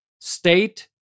State